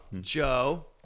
Joe